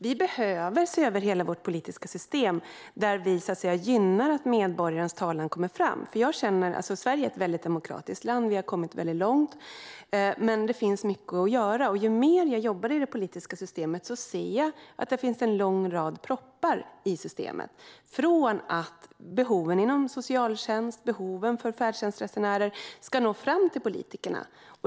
Vi behöver se över hela vårt politiska system, där vi gynnar att medborgarens talan kommer fram. Sverige är ett väldigt demokratiskt land och har kommit långt, men det finns mycket att göra. Ju mer jag jobbar i det politiska systemet ser jag att det finns en lång rad proppar i systemet för att behoven inom socialtjänst och behoven för färdtjänstresenärer ska nå fram till politikerna.